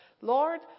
Lord